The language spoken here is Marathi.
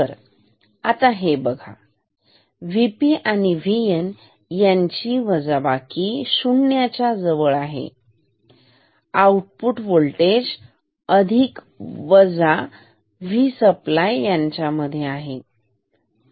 तर आता हे बघा VP आणि VN त्यांची वजाबाकी शून्याच्या जवळ आहे आउटपुट होल्टेज Vo अधिक वजा V सप्लाय यांच्यामध्ये आहे